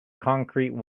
concrete